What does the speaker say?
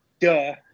Duh